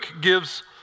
gives